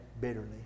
bitterly